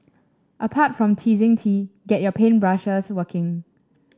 apart from teasing tea get your paint brushes working